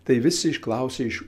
tai visi išklausė iš